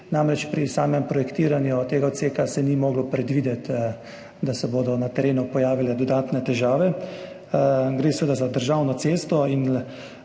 Pri samem projektiranju tega odseka se namreč ni moglo predvideti, da se bodo na terenu pojavile dodatne težave. Gre za državno cesto in